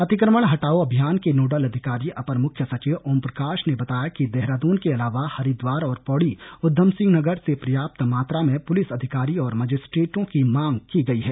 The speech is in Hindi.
अतिक्रमण हटाओं अभियान के नोडल अधिकारी अपर मुख्य सचिव ओमप्रकाश ने बताया कि देहरादून के अलावा हरिद्वार और पौड़ी ऊधमसिंह नगर से पर्याप्त मात्रा में पुलिस अधिकारी और मजिस्ट्रेटों की मांग की गयी है